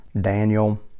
Daniel